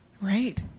right